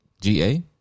G-A